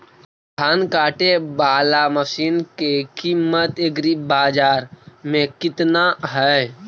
धान काटे बाला मशिन के किमत एग्रीबाजार मे कितना है?